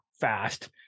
fast